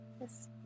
Yes